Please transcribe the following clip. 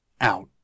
out